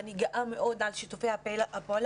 אני גאה מאוד על שיתופי הפעולה